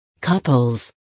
couples